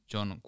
John